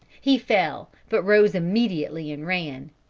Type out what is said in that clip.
he fell, but rose immediately and ran.